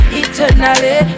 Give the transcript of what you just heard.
eternally